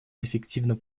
эффективно